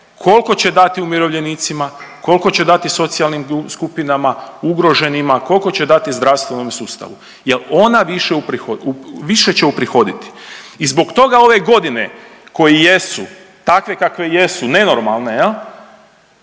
kolko će dati umirovljenicima, kolko će dati socijalnim skupinama, ugroženima, kolko će dati zdravstvenom sustavu jel ona više uprihodi, više će uprihoditi. I zbog toga ove godine koji jesu, takve kakve jesu, nenormalne jel,